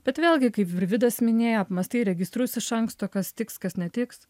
bet vėlgi kaip ir vidas minėjo apmąstai registrus iš anksto kas tiks kas netiks